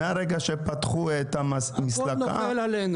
מהרגע שפתחו את המסלקה,